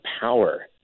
power